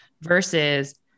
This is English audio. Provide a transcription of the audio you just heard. versus